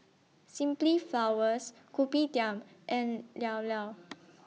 Simply Flowers Kopitiam and Llao Llao